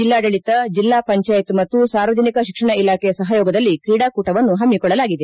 ಜಿಲ್ಲಾಡಳಿತ ಜಿಲ್ಲಾ ಪಂಚಾಯತ್ ಮತ್ತು ಸಾರ್ವಜನಿಕ ಶಿಕ್ಷಣ ಇಲಾಖೆ ಸಹಯೋಗದಲ್ಲಿ ಕ್ರೀಡಾಕೂಟವನ್ನು ಹಮ್ಮಿಕೊಳ್ಳಲಾಗಿದೆ